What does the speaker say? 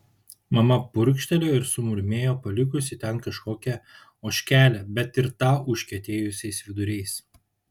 mama purkštelėjo ir sumurmėjo palikusi ten kažkokią ožkelę bet ir tą užkietėjusiais viduriais